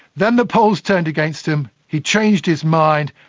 then the polls turned against him, he changed his mind,